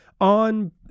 on